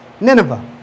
Nineveh